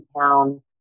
town